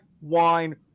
Wine